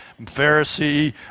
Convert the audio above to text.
Pharisee